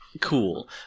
Cool